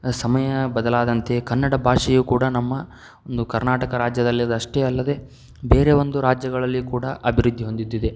ಸಮಯ ಬದಲಾದಂತೆ ಕನ್ನಡ ಭಾಷೆಯು ಕೂಡ ನಮ್ಮ ಒಂದು ಕರ್ನಾಟಕ ರಾಜ್ಯದಲ್ಲಿ ಅಷ್ಟೇ ಅಲ್ಲದೇ ಬೇರೆ ಒಂದು ರಾಜ್ಯಗಳಲ್ಲಿಯೂ ಕೂಡ ಅಭಿವೃದ್ಧಿ ಹೊಂದುತ್ತಿದೆ